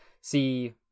see